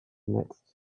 next